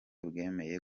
bwemeye